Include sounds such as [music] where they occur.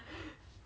[breath]